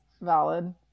valid